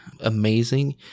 amazing